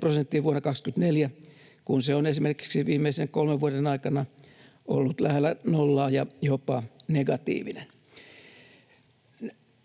prosenttiin vuonna 24, kun se on esimerkiksi viimeisten kolmen vuoden aikana ollut lähellä nollaa ja jopa negatiivinen.